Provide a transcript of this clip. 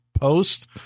post